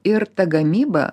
ir ta gamyba